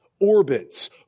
orbits